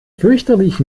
fürchterlich